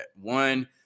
One